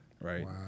Right